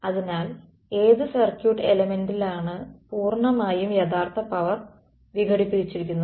അതിനാൽ ഏത് സർക്യൂട്ട് എലമെൻ്റിലാണ് പൂർണ്ണമായും യഥാർത്ഥ പവർ വിഘടിപ്പിച്ചിരിക്കുന്നത്